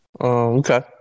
Okay